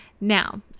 Now